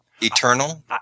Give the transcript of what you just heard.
Eternal